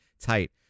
tight